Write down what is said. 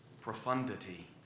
profundity